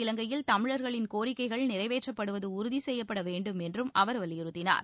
இலங்கையில் தமிழர்களின் கோரிக்கைகள் நிறைவேற்றப்படுவது உறுதி ஒன்றபட்ட செய்யப்படவேண்டும் என்றும் அவர் வலியுறுத்தினார்